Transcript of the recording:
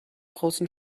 großen